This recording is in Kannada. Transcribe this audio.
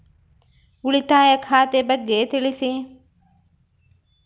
ಉಳಿತಾಯ ಖಾತೆ ಬಗ್ಗೆ ತಿಳಿಸಿ?